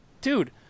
dude